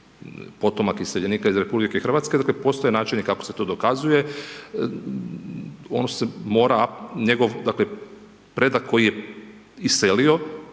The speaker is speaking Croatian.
potomak iseljenika iz RH, dakle postoje načini kako se to dokazuje. On se mora, dakle njegov predak koji je iselio,